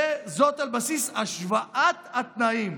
וזאת "על בסיס השוואת התנאים".